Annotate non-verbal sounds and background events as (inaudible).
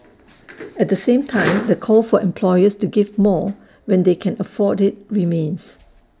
(noise) at the same time the call for employers to give more when they can afford IT remains